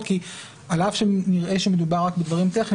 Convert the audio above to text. כי על אף שנראה שמדובר רק בדברים טכניים,